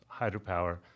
hydropower